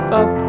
up